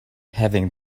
having